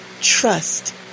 Trust